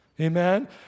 Amen